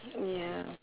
ya